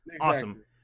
Awesome